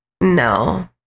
no